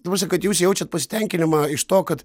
ta prasme kad jūs jaučiat pasitenkinimą iš to kad